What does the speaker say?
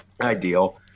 Ideal